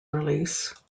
release